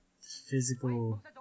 physical